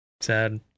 sad